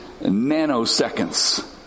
nanoseconds